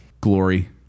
glory